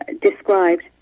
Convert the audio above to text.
described